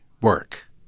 work